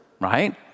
right